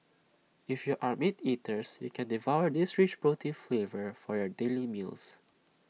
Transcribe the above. if you are meat eaters you can devour this rich protein flavor for your daily meals